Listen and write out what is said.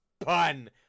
pun